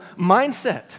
mindset